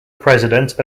president